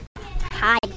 Hi